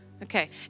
Okay